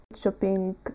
Shopping